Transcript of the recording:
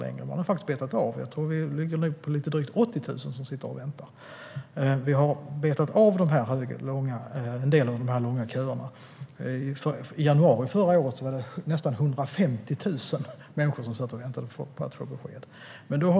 Vi har betat av en del av de långa köerna, så nu är det lite drygt 80 000 som sitter och väntar medan det i januari var nästan 150 000 människor som satt och väntade på att få besked.